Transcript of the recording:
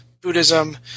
Buddhism